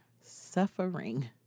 suffering